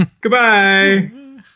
Goodbye